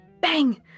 Bang